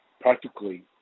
practically